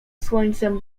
słońcem